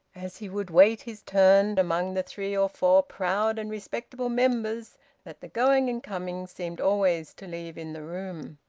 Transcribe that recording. as he would wait his turn among the three or four proud and respectable members that the going and coming seemed always to leave in the room.